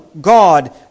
God